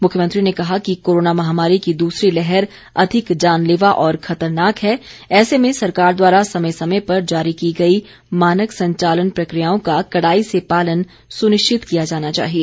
मुख्यमंत्री ने कहा कि कोरोना महामारी की दूसरी लहर अधिक जानलेवा और खतरनाक है ऐसे में सरकार द्वारा समय समय पर जारी की गई मानक संचालन प्रक्रियाओं का कड़ाई से पालन सुनिश्चित किया जाना चाहिए